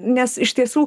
nes iš tiesų